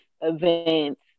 events